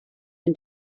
and